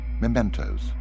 mementos